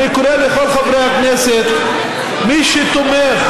אני על מאיר כהן עוד שמעתי כשהייתי חברת מועצת העיר תל אביב.